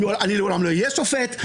אני לעולם לא אהיה שופט.